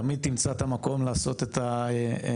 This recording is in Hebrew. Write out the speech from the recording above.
תמיד תמצא את המקום לעשות את מה